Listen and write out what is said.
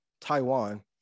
Taiwan